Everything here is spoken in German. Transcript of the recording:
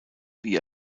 wie